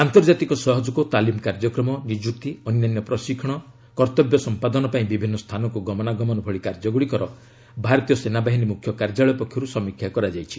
ଆନ୍ତର୍ଜାତିକ ସହଯୋଗ ତାଲିମ କାର୍ଯ୍ୟକ୍ରମ ନିଯୁକ୍ତି ଅନ୍ୟାନ୍ୟ ପ୍ରଶିକ୍ଷଣ କର୍ତ୍ତବ୍ୟ ସମ୍ପାଦନ ପାଇଁ ବିଭିନ୍ନ ସ୍ଥାନକୁ ଗମନାଗମନ ଭଳି କାର୍ଯ୍ୟଗୁଡ଼ିକର ଭାରତୀୟ ସେନା ବାହିନୀ ମୁଖ୍ୟ କାର୍ଯ୍ୟାଳୟ ପକ୍ଷରୁ ସମୀକ୍ଷା କରାଯାଇଛି